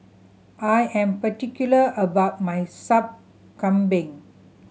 I am particular about my Sup Kambing